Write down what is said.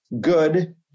good